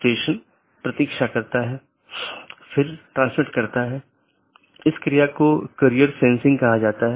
पथ को पथ की विशेषताओं के रूप में रिपोर्ट किया जाता है और इस जानकारी को अपडेट द्वारा विज्ञापित किया जाता है